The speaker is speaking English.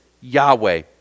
Yahweh